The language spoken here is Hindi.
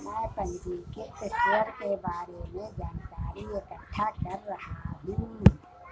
मैं पंजीकृत शेयर के बारे में जानकारी इकट्ठा कर रहा हूँ